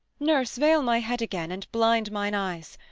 nurse, veil my head again, and blind mine eyes